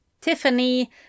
Tiffany